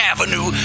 Avenue